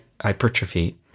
hypertrophy